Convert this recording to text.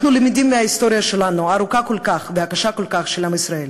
אנחנו למדים מההיסטוריה הארוכה כל כך והקשה כל כך של עם ישראל,